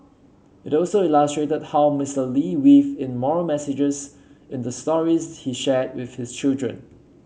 it also illustrated how Mister Lee weaved in moral messages in the stories he shared with his children